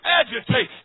agitate